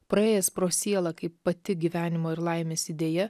praėjęs pro sielą kaip pati gyvenimo ir laimės idėja